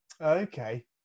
Okay